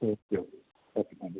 okay okay okay thank you